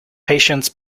patients